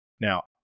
Now